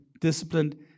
disciplined